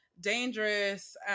dangerous